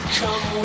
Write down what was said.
come